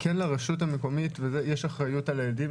כן לרשות המקומית יש אחריות על הילדים.